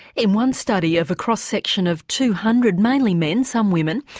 in one study of a cross-section of two hundred, mainly men, some women,